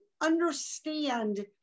understand